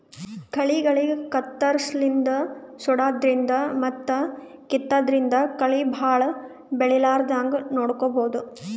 ಕಳಿಗಳಿಗ್ ಕತ್ತರ್ಸದಿನ್ದ್ ಸುಡಾದ್ರಿನ್ದ್ ಮತ್ತ್ ಕಿತ್ತಾದ್ರಿನ್ದ್ ಕಳಿ ಭಾಳ್ ಬೆಳಿಲಾರದಂಗ್ ನೋಡ್ಕೊಬಹುದ್